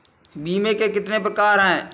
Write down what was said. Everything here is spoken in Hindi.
बीमे के कितने प्रकार हैं?